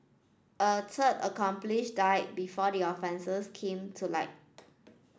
a third accomplish died before the offences came to light